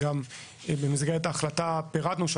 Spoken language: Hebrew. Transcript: במסגרת ההחלטה פירטנו את כל פעולות